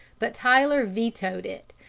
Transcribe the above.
but tyler vetoed it,